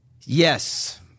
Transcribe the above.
yes